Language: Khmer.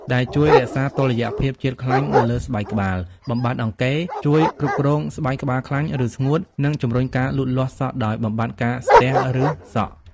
ដែលជួយរក្សាតុល្យភាពជាតិខ្លាញ់នៅលើស្បែកក្បាល បំបាត់អង្គែរ ជួយគ្រប់គ្រងស្បែកក្បាលខ្លាញ់ ឬស្ងួត និងជំរុញការលូតលាស់សក់ដោយបំបាត់ការស្ទះឫសសក់។